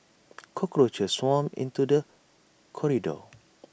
cockroaches swarmed into the corridor